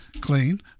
clean